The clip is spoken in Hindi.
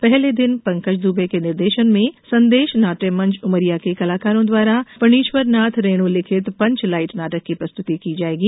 पहले दिन पंकज द्बे के निर्देशन में संदेश नाट्य मंच उमरिया के कलाकारों द्वारा फणीश्वरनाथ रेण् लिखित पंचलाईट नाटक की प्रस्तुति की जाएगी